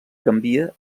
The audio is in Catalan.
canvia